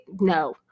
No